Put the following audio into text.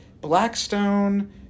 Blackstone